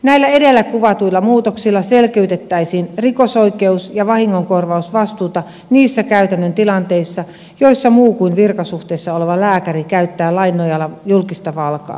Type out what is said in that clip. näillä edellä kuvatuilla muutoksilla selkeytettäisiin rikosoikeus ja vahingonkorvausvastuuta niissä käytännön tilanteissa joissa muu kuin virkasuhteessa oleva lääkäri käyttää lain nojalla julkista valtaa